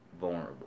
vulnerable